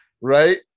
right